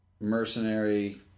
Mercenary